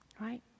right